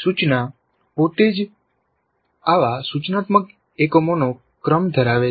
સૂચના પોતે જ આવા સૂચનાત્મક એકમોનો ક્રમ ધરાવે છે